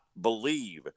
believe